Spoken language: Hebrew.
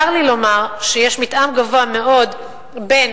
צר לי לומר שיש מתאם גבוה מאוד בין